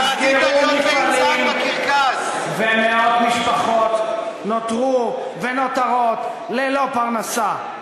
מפעלים נסגרו ומאות משפחות נותרו ונותרות ללא פרנסה.